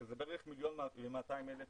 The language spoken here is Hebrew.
שזה בערך 1,200,000 מסרונים.